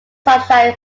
sunshine